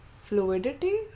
fluidity